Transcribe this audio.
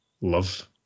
love